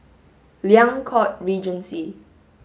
Liang Court Regency